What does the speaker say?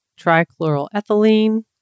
trichloroethylene